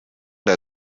der